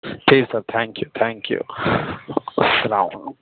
ٹھیک sir thank you thank you السلام علیکم